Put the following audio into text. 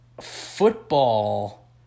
football